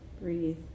breathe